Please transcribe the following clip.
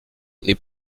n’est